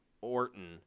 orton